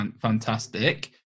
fantastic